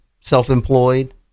self-employed